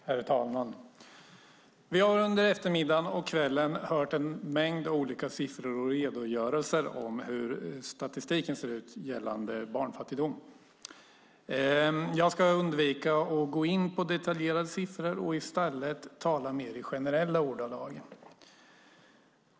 Herr talman! Under eftermiddagen och kvällen har vi hört många siffror och redogörelser för hur statistiken ser ut när det gäller barnfattigdom. Jag ska undvika att gå in på detaljerade siffror och i stället tala mer generellt.